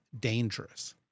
dangerous